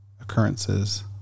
occurrences